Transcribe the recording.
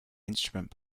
instrument